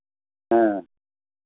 हाँ